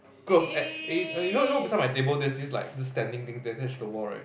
gross eh you know you know beside my table there's this like this standing thing that's attached to the wall right